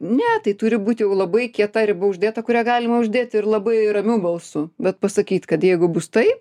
ne tai turi būt jau labai kieta riba uždėta kurią galima uždėt ir labai ramiu balsu vat pasakyt kad jeigu bus tai